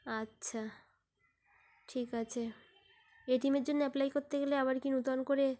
আচ্ছা ঠিক আছে এ টি এমের জন্যে অ্যাপ্লাই করতে গেলে আবার কি নতুন করে